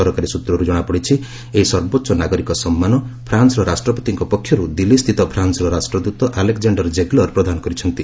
ସରକାରୀ ସୂତ୍ରରୁ ଜଣାପଡ଼ିଛି ଏହି ସର୍ବୋଚ୍ଚ ନାଗରିକ ସମ୍ମାନ ଫ୍ରାନ୍ନର ରାଷ୍ଟ୍ରପତିଙ୍କ ପକ୍ଷରୁ ଦିଲ୍ଲୀ ସ୍ଥିତ ଫ୍ରାନ୍ସର ରାଷ୍ଟ୍ରଦୂତ ଆଲେକ୍ଜାଣ୍ଡାର୍ ଜେଗଲର୍ ପ୍ରଦାନ କରିଛନ୍ତି